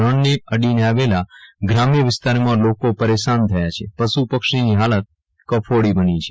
રણને અડીને આવેલા ગ્રામ્ય વિસ્તારીમાં લોકો પરેશાન થયા છે પશુ પક્ષીની હાલત કફોળી બની છે